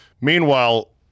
Meanwhile